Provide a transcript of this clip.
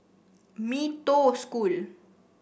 Mee Toh School